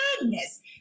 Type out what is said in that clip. madness